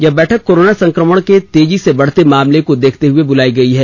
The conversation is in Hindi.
यह बैठक कोरोना संक्रमण के तेजी से बढ़ते मामले को देखते हए बुलाई गई है